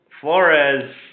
Flores